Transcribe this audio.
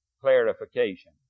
clarification